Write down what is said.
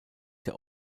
der